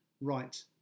right